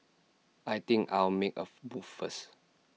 I think I'll make A first